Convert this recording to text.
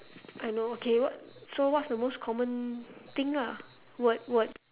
I know okay what so what's the most common thing ah what word